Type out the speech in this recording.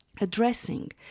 Addressing